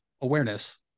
awareness